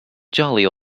jolly